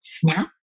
snap